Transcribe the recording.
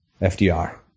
FDR